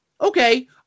okay